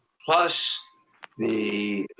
plus the